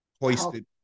hoisted